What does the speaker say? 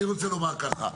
אני רוצה לומר ככה.